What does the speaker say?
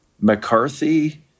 McCarthy